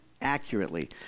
accurately